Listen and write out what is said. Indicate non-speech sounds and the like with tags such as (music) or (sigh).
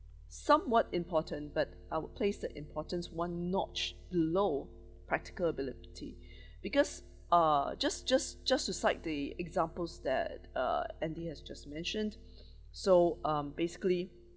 somewhat important but I will place the importance one notch below practical ability (breath) because uh just just just to cite the examples that uh andy has just mentioned (breath) so um basically